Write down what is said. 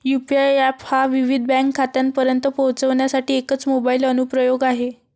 UPI app हा विविध bank खात्यांपर्यंत पोहोचण्यासाठी एकच मोबाइल अनुप्रयोग आहे